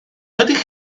ydych